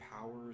powers